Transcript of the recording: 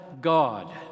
God